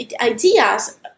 ideas